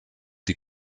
die